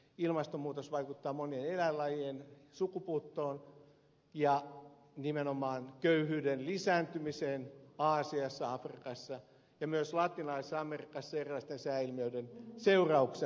ilmastonmuutos vaikuttaa monien eläinlajien sukupuuttoon ja nimenomaan köyhyyden lisääntymiseen aasiassa afrikassa ja myös latinalaisessa amerikassa erilaisten sääilmiöiden seurauksena